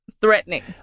Threatening